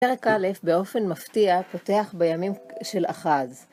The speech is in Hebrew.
פרק א', באופן מפתיע, פותח בימים של אחז.